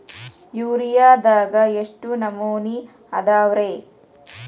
ಯೂರಿಯಾದಾಗ ಎಷ್ಟ ನಮೂನಿ ಅದಾವ್ರೇ?